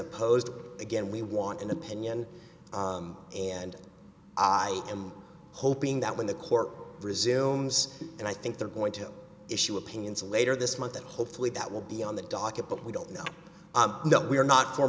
opposed again we want an opinion and i am hoping that when the court resumes and i think they're going to issue opinions later this month that hopefully that will be on the docket but we don't know we're not f